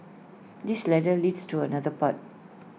this ladder leads to another path